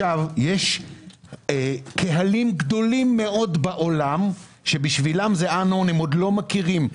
יש קהלים גדולים מאוד בעולם שעוד לא מכירים.